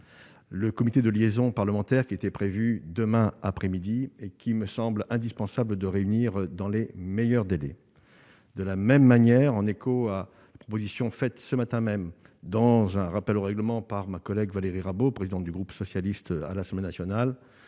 le comité de liaison parlementaire initialement prévu demain après-midi, car il me semble indispensable de le réunir dans les meilleurs délais. De la même manière, en écho à la proposition faite ce matin même, dans le cadre d'un rappel au règlement, par ma collègue Valérie Rabault, présidente du groupe socialiste à l'Assemblée nationale,